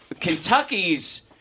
Kentucky's